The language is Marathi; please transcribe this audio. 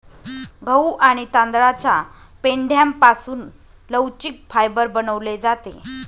गहू आणि तांदळाच्या पेंढ्यापासून लवचिक फायबर बनवले जाते